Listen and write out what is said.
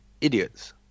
idiots